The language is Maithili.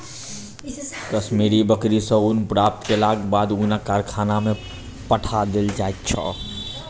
कश्मीरी बकरी सॅ ऊन प्राप्त केलाक बाद ऊनक कारखाना में पठा देल जाइत छै